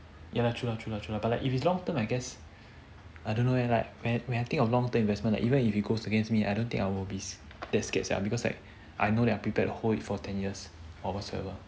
ya lah true lah true lah but like if it's long term I guess I don't know eh like when when I think of long term investment even if it goes against me I don't think I'll be that scared sia because like I know that I'm prepared to hold it for ten years or whatsoever